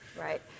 Right